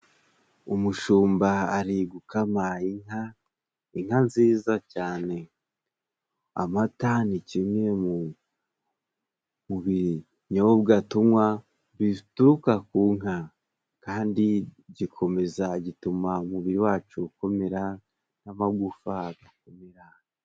Umushumba ari gukama inka, inka nziza cyane, amata ni kimwe mu mu binyobwa tunywa bituruka ku nka, kandi gikomeza gutuma umubiri wacu ukomera n'amagufa agakomera.